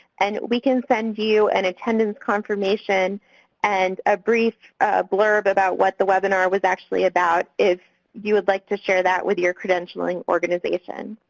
and we can send you an and attendance confirmation and a brief blurb about what the webinar was actually about if you would like to share that with your credentialing organization.